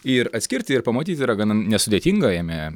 ir atskirti ir pamatyti yra gana nesudėtinga jame